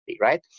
right